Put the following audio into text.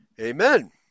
Amen